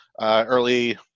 early